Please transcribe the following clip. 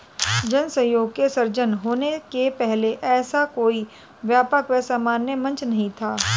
जन सहयोग के सृजन होने के पहले ऐसा कोई व्यापक व सर्वमान्य मंच नहीं था